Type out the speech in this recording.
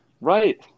right